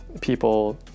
people